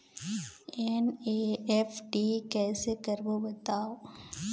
NEFT कैसे करबो बताव?